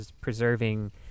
preserving